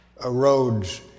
erodes